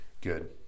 good